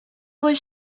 was